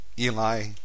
Eli